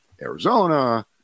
Arizona